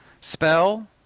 spell